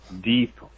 deep